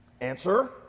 Answer